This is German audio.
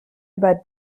über